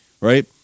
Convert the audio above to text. right